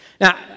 Now